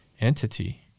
entity